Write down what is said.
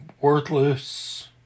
worthless